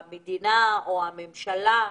חלק מהמסגרות לא חזרו,